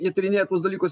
įtarinėja tuos dalykus